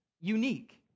unique